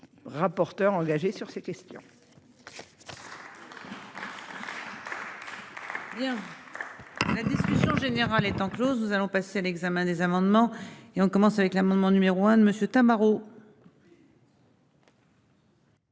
rapporteur engagé sur ces questions.